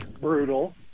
brutal